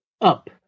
Up